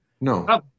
no